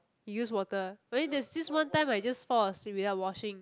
you use water but then there's this one time I just fall asleep without washing